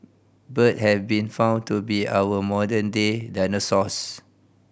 bird have been found to be our modern day dinosaurs